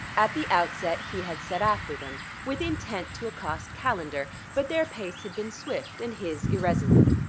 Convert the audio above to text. at the outset he had set after them, with intent to accost calendar but their pace had been swift and his irresolute.